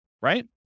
right